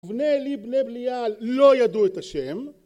בני עלי בני בליעל לא ידעו את השם